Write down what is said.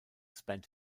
spend